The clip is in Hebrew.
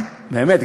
באמת,